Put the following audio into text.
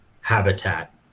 habitat